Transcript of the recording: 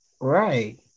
Right